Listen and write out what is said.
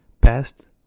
past